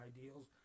ideals